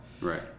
Right